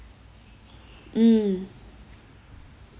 mm